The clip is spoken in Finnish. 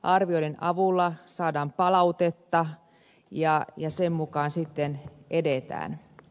arvioiden avulla saadaan palautetta ja sen mukaan sitten edetään